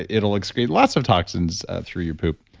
it'll excrete lots of toxins through your poop.